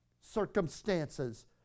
circumstances